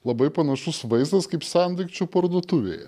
labai panašus vaizdas kaip sendaikčių parduotuvėje